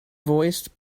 voiced